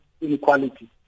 inequality